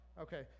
Okay